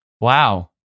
Wow